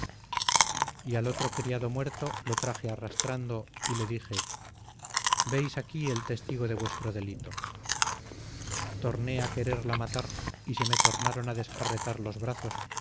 y al otro criado muerto lo traje arrastrando y le dije veis aquí el testigo de vuestro delito torné a quererla matar y se me tornaron a desjarretar los brazos